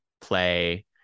play